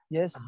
Yes